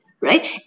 right